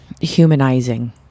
humanizing